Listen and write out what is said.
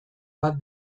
bat